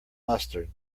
mustard